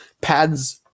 pads